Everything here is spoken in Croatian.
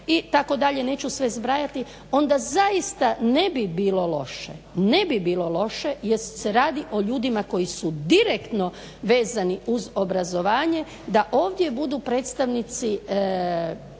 i tako dalje, neću sve zbrajati, onda zaista ne bi bilo loše jer se radi o ljudima koji su direktno vezani uz obrazovanje da ovdje budu predstavnici osnovnih